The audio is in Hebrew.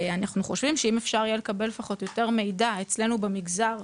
אנחנו חושבים שאם אפשר יהיה לקבל לפחות יותר מידע אצלנו במגזר,